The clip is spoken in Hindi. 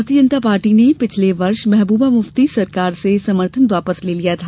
भारतीय जनता पार्टी ने पिछले वर्ष महबूबा मुफ्ती सरकार से समर्थन वापस ले लिया था